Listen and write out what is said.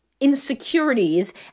insecurities